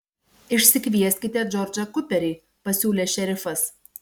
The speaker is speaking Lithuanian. išsikvieskite džordžą kuperį pasiūlė šerifas